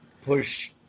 push